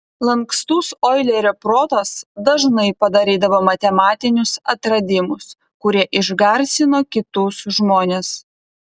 lankstus oilerio protas dažnai padarydavo matematinius atradimus kurie išgarsino kitus žmones